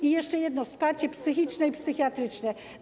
I jeszcze jedno - wsparcie psychiczne i psychiatryczne.